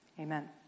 Amen